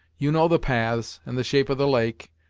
you know the paths, and the shape of the lake,